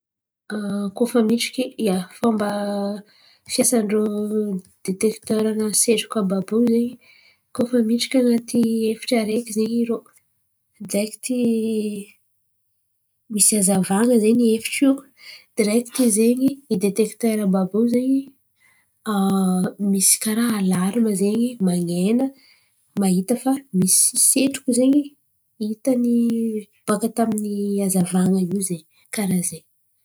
An, koa fa midriky, ia, fomba fiasan-drô detekiteran’ny setroko àby àby io zen̈y. Koa fa midriky an̈aty efitry araiky zen̈y irô direkity misy hazavan̈a zen̈y iefitry direkity zen̈y idetekitera àby àby io zen̈y. Misy karà alarima zen̈y man̈ena mahita misy setroko zen̈y hitany zen̈y baka tamin’ny hazavan̈a io zen̈y karà zen̈y.